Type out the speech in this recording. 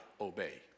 obey